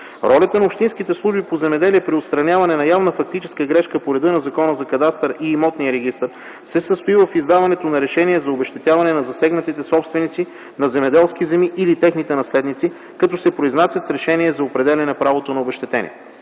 Ролята на общинските служби по земеделие при отстраняване на явна фактическа грешка по реда на Закона за кадастъра и имотния регистър се състои в издаването на решение за обезщетяване на засегнатите собственици на земеделски земи или техните наследници, като се произнасят с решение за определяне на правото на обезщетение.